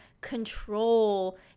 control